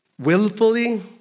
willfully